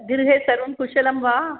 गृहे सर्वे कुशलं वा